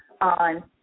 on